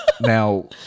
Now